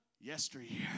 Yesteryear